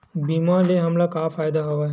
बीमा ले हमला का फ़ायदा हवय?